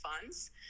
funds